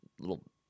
little